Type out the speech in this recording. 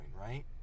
right